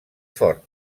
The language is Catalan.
fort